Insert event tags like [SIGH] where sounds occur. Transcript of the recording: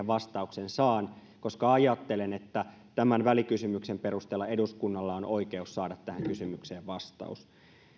[UNINTELLIGIBLE] vastauksen saan koska ajattelen että tämän välikysymyksen perusteella eduskunnalla on oikeus saada tähän kysymykseen vastaus